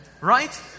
Right